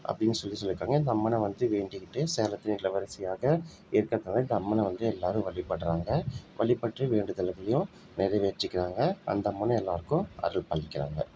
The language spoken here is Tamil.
அப்படினு சொல்லி சொல்லியிருக்காங்க இந்த அம்மனை வந்து வேண்டிக்கிட்டு சேலத்து இளவரசியாக இருக்குறதுனால் இந்த அம்மனை வந்து எல்லோரும் வழிபட்றாங்க வழிபட்டு வேண்டுதல்களையும் நிறைவேற்றிக்குறாங்க அந்த அம்மனை எல்லோருக்கும் அருள் பாலிக்கிறாங்க